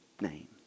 name